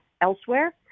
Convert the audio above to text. elsewhere